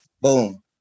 boom